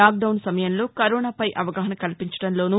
lock down నమయంలో కరోనాపై అవగాహన కల్పించడంలోను